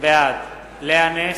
בעד לאה נס,